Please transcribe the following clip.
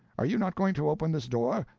are you not going to open this door?